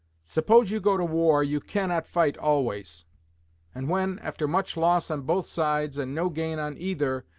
suppose you go to war, you cannot fight always and when, after much loss on both sides and no gain on either,